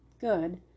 good